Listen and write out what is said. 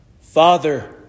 Father